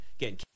again